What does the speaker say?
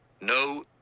No